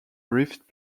rift